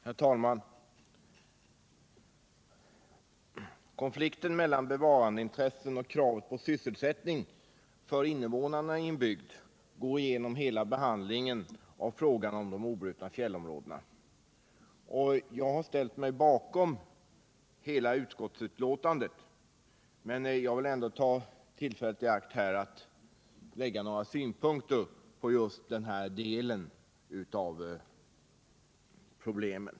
Herr talman! Konflikten mellan bevarandeintressena och kravet på sysselsättning för invånarna i en bygd går igenom hela behandlingen av frågan om de obrutna fjällområdena. Jag har ställt mig bakom utskottets betänkande, men jag vill ändå här ta tillfället i akt att anlägga några synpunkter på just den delen av problemen.